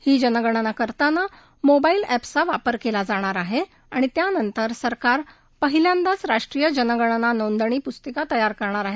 ही जनगणना करताना मोबाईल ऍप्सचा वापर केला जाणार आहे आणि त्यानंतर सरकार पहिल्यांदाच राष्ट्रीय जनगणना नोंदणी तयार करणार आहे